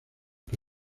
que